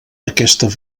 aquesta